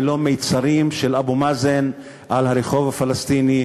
על שליטה ללא מצרים של אבו מאזן על הרחוב הפלסטיני,